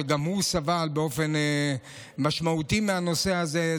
שגם הוא סבל באופן משמעותי מהנושא הזה.